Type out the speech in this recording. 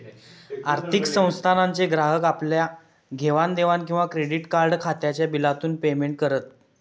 आर्थिक संस्थानांचे ग्राहक आपल्या घेवाण देवाण किंवा क्रेडीट कार्ड खात्याच्या बिलातून पेमेंट करत